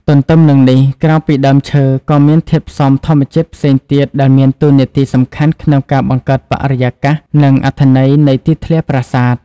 ទទ្ទឹមនឹងនេះ ក្រៅពីដើមឈើ ក៏មានធាតុផ្សំធម្មជាតិផ្សេងទៀតដែលមានតួនាទីសំខាន់ក្នុងការបង្កើតបរិយាកាស និងអត្ថន័យនៃទីធ្លាប្រាសាទ។